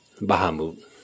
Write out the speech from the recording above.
Bahamut